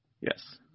Yes